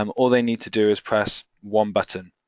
um all they need to do is press one button.